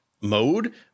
mode